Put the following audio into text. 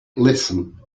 listen